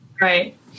Right